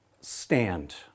stand